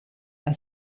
are